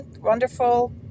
wonderful